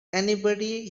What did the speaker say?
anybody